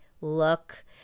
look